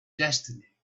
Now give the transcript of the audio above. destiny